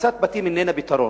הריסת בתים איננה פתרון.